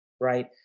Right